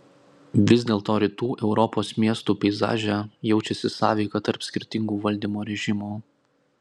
vis dėlto rytų europos miestų peizaže jaučiasi sąveika tarp skirtingų valdymo režimų